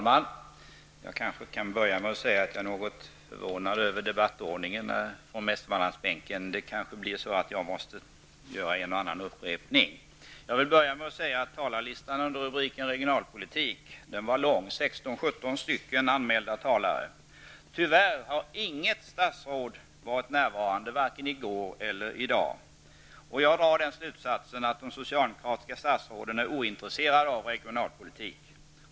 Herr talman! Jag är något förvånad över debattordningen när det gäller Västmanlandsbänken. Jag måste kanske göra en och annan upprepning. 16--17 anmälda talare. Tyvärr har inget statsråd varit närvarande vare sig i går eller i dag. Jag drar slutsatsen att de socialdemokratiska statsråden är ointresserade av regionalpolitik.